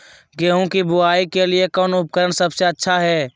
गेहूं के बुआई के लिए कौन उपकरण सबसे अच्छा है?